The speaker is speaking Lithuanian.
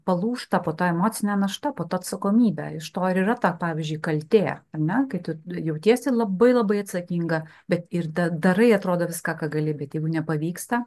palūžta po ta emocine našta po ta atsakomybe iš to ar yra ta pavyzdžiui kaltė ar ne kai tu jautiesi labai labai atsakinga bet ir darai atrodo viską ką gali bet jeigu nepavyksta